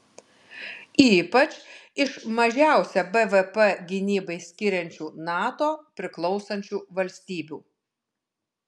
ypač iš mažiausią bvp gynybai skiriančių nato priklausančių valstybių